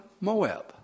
Moab